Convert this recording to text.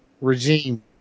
Regime